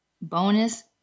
bonus